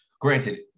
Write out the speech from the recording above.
granted